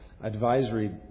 Advisory